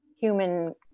human